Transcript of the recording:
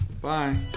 bye